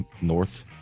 north